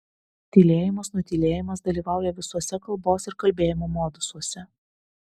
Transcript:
tylėjimas nutylėjimas dalyvauja visuose kalbos ir kalbėjimo modusuose